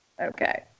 Okay